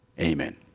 Amen